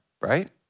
right